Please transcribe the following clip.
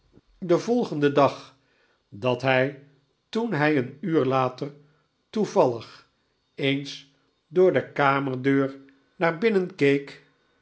den volgenden dag dat hij toen hij een uur later toevallig eens door de kamerdeur naar